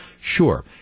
Sure